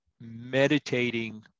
meditating